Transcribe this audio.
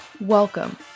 Welcome